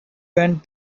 went